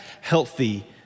healthy